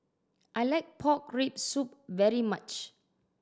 I like pork rib soup very much